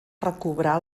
recobrar